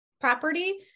property